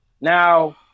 Now